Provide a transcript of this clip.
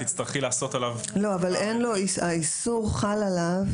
את תצטרכי לעשות עליו --- אבל האיסור חל עליו,